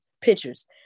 pictures